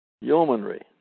yeomanry